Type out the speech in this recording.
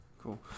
Cool